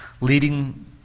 leading